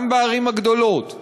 גם בערים הגדולות,